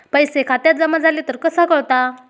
पैसे खात्यात जमा झाले तर कसा कळता?